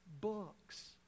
books